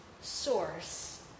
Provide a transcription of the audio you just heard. source